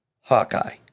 Hawkeye